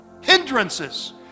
hindrances